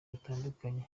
batandukanye